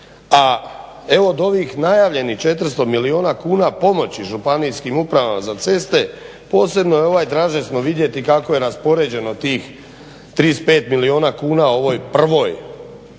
A evo od ovih najavljenih 400 milijuna kuna pomoći ŽUC-u posebno je draženo vidjeti kako je raspoređeno tih 35 milijuna kuna u ovoj prvoj.